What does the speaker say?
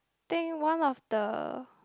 think one of the